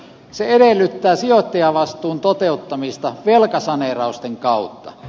se edellyttää sijoittajavastuun toteuttamista velkasaneerausten kautta